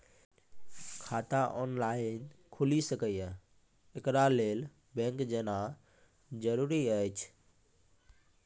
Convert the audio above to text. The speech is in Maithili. खाता ऑनलाइन खूलि सकै यै? एकरा लेल बैंक जेनाय जरूरी एछि?